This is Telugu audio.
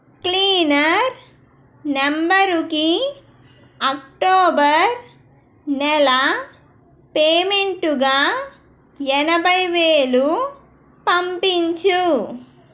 క్లీనర్ నంబరుకి అక్టోబర్ నెల పేమెంటుగా ఎనభై వేలు పంపించు